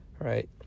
right